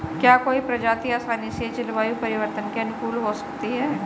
क्या कोई प्रजाति आसानी से जलवायु परिवर्तन के अनुकूल हो सकती है?